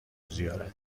زیارت